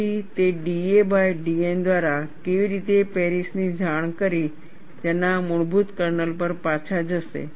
ફરીથી તે da by dN દ્વારા કેવી રીતે પેરિસની જાણ કરી તેના મૂળભૂત કર્નલ પર પાછા જશે